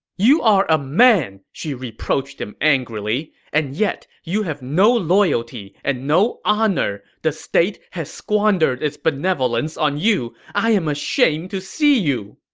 you are a man! she reproached him angrily. and yet you have no loyalty and no honor. the state has squandered its benevolence on you! i am ashamed to see you!